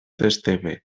esteve